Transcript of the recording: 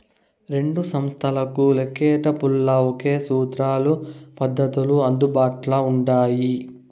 రెండు సంస్తలకు లెక్కేటపుల్ల ఒకే సూత్రాలు, పద్దతులు అందుబాట్ల ఉండాయి